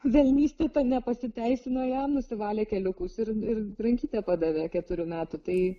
velnystė nepasiteisino ją nusivalė keliukus ir ir ranktę padavė keturių metų tai